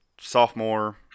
sophomore